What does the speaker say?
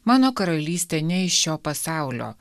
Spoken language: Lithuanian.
mano karalystė ne iš šio pasaulio